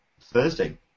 Thursday